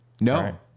No